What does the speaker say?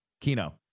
Kino